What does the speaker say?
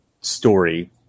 story